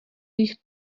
jich